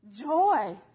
joy